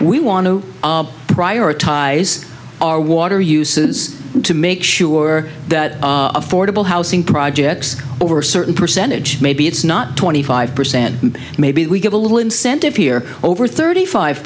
we want to prioritize our water uses to make sure that affordable housing projects over a certain percentage maybe it's not twenty five percent maybe we get a little incentive here over thirty five